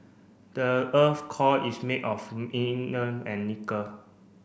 the earth's core is made of and nickel